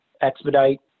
expedite